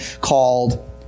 called